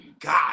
God